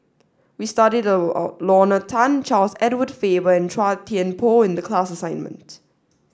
we studied Lorna Tan Charles Edward Faber and Chua Thian Poh in the class assignment